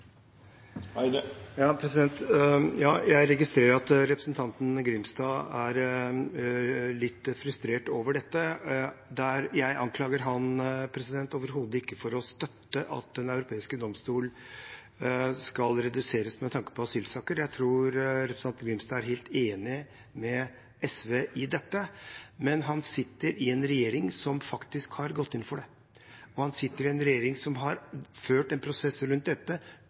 Eide har hatt ordet to gonger tidlegare og får ordet til ein kort merknad, avgrensa til 1 minutt. Jeg registrerer at representanten Grimstad er litt frustrert over dette. Jeg anklager ham overhodet ikke for å støtte at Den europeiske menneskerettsdomstolen skal reduseres med tanke på asylsaker. Jeg tror representanten Grimstad er helt enig med SV i dette, men hans parti sitter i en regjering som faktisk har gått inn for det, hans parti sitter i en regjering som har ført en